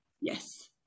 Yes